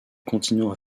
continent